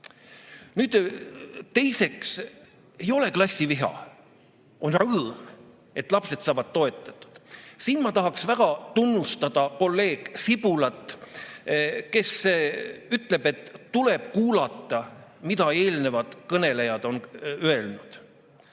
Teiseks, ei ole klassiviha. On rõõm, et lapsed saavad toetatud. Siin ma tahaksin väga tunnustada kolleeg Sibulat, kes ütleb, et tuleb kuulata, mida eelnevad kõnelejad on öelnud.